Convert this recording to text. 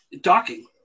docking